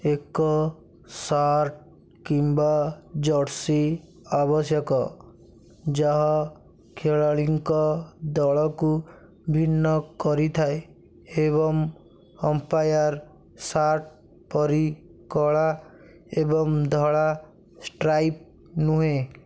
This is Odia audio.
ଏକ ସାର୍ଟ କିମ୍ବା ଜର୍ସି ଆବଶ୍ୟକ ଯାହା ଖେଳାଳିଙ୍କ ଦଳକୁ ଭିନ୍ନ କରିଥାଏ ଏବଂ ଅମ୍ପାୟାର ସାର୍ଟ ପରି କଳା ଏବଂ ଧଳା ଷ୍ଟ୍ରାଇପ୍ ନୁହେଁ